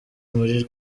muri